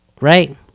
right